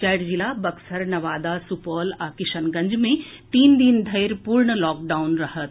चारि जिला बक्सर नवादा सुपौल आ किशनगंज मे तीन दिन धरि पूर्ण लॉकडाउन रहत